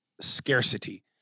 scarcity